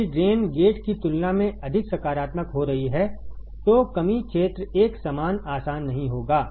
यदि drain gate की तुलना में अधिक सकारात्मक हो रही है तो कमी क्षेत्र एक समान आसान नहीं होगा